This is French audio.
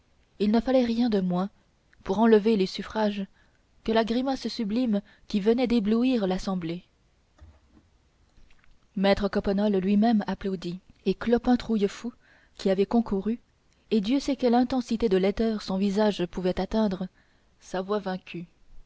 il ne fallait rien moins pour enlever les suffrages que la grimace sublime qui venait d'éblouir l'assemblée maître coppenole lui-même applaudit et clopin trouillefou qui avait concouru et dieu sait quelle intensité de laideur son visage pouvait atteindre s'avoua vaincu